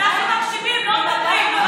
אתם לא מקשיבים.